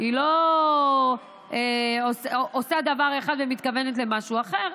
לא עושה דבר אחד ומתכוונת למשהו אחר.